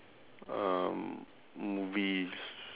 um movies